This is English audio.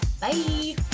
bye